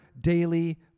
daily